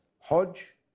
Hodge